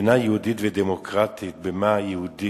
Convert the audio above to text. מדינה יהודית ודמוקרטית, במה היא יהודית?